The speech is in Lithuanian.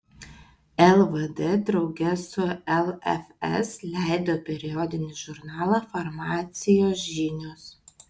lvd drauge su lfs leido periodinį žurnalą farmacijos žinios